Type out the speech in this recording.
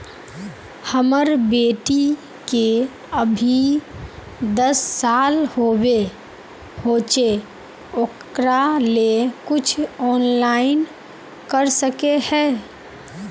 हमर बेटी के अभी दस साल होबे होचे ओकरा ले कुछ ऑनलाइन कर सके है?